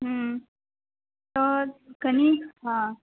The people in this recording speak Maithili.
आओर कनी हँ